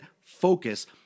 focus